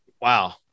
Wow